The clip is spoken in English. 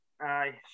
Aye